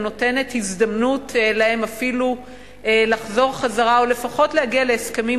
נותנת להם הזדמנות אפילו לחזור חזרה או לפחות להגיע להסכמים